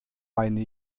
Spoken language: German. meine